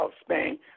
Spain